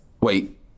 Wait